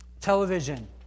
Television